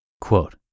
Quote